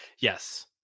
Yes